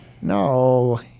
No